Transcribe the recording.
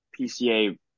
PCA